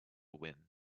win